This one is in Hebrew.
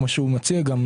כפי שהוצע כאן,